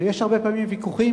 ויש הרבה פעמים ויכוחים,